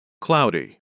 cloudy